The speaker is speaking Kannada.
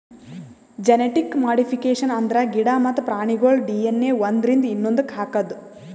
ಜೆನಟಿಕ್ ಮಾಡಿಫಿಕೇಷನ್ ಅಂದ್ರ ಗಿಡ ಮತ್ತ್ ಪ್ರಾಣಿಗೋಳ್ ಡಿ.ಎನ್.ಎ ಒಂದ್ರಿಂದ ಇನ್ನೊಂದಕ್ಕ್ ಹಾಕದು